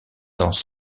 dans